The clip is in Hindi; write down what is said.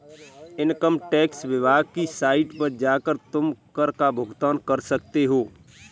इन्कम टैक्स विभाग की साइट पर जाकर तुम कर का भुगतान कर सकते हो